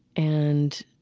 and